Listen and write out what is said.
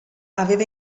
aveva